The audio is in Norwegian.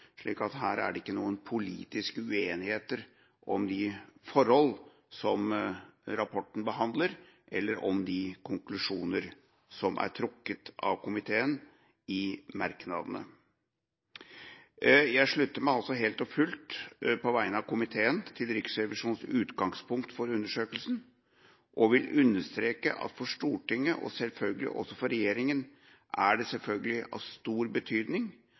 er ikke noen politiske uenigheter om de forhold som rapporten behandler eller de konklusjoner som er trukket av komiteen i merknadene. Jeg slutter meg helt og fullt – på vegne av komiteen – til Riksrevisjonens utgangspunkt for undersøkelsen og vil understreke at for Stortinget, og selvfølgelig også for regjeringa, er det av stor betydning